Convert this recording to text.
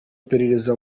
iperereza